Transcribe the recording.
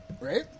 Right